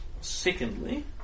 Secondly